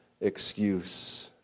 excuse